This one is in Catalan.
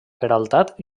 peraltat